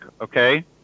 Okay